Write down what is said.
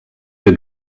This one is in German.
wir